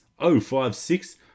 056